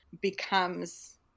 becomes